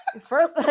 First